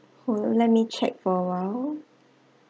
hold let me check for awhile